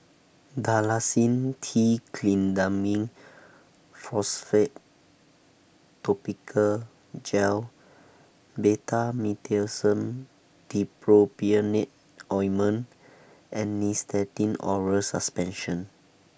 Dalacin T Clindamycin Phosphate Topical Gel Betamethasone Dipropionate Ointment and Nystatin Oral Suspension